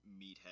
meathead